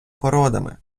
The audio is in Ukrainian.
породами